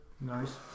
Nice